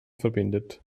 verbindet